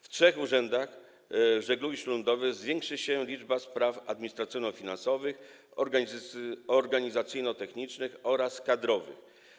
W trzech urzędach żeglugi śródlądowej zwiększy się liczba spraw administracyjno-finansowych, organizacyjno-technicznych oraz kadrowych.